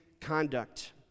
conduct